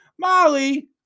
Molly